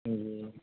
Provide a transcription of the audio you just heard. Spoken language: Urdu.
ہوں